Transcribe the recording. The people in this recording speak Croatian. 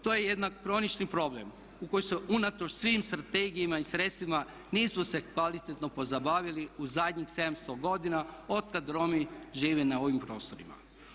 To je jedan kronični problem u koji se unatoč svim strategijama i sredstvima nismo se kvalitetno pozabavili u zadnjih 700 godina otkada Romi žive na ovim prostorima.